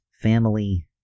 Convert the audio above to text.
Family